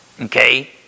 Okay